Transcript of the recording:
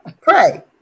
pray